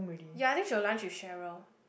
ya then she will lunch with Cheryl